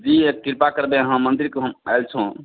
जी कृपया कर देहौं मंदिर पर हम आइल छौं